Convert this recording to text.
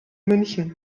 münchen